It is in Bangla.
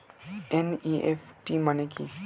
এন.ই.এফ.টি মানে কি?